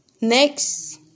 Next